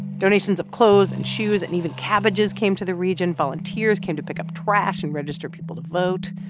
donations of clothes and shoes and even cabbages came to the region, volunteers came to pick up trash and register people to vote,